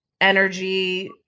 energy